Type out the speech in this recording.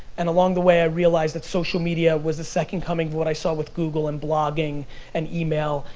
and along the way, i realized that social media was the second coming of what i saw with google and blogging and email,